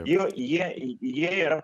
jie jie jie yra